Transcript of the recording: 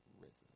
risen